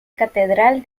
catedral